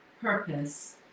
purpose